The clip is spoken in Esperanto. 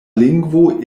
lingvo